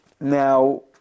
now